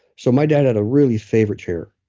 so, my dad had a really favorite chair,